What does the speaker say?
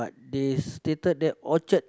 they stated there orchard